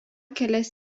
kelias